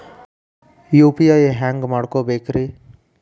UPI ಹ್ಯಾಂಗ ಮಾಡ್ಕೊಬೇಕ್ರಿ?